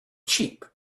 cheap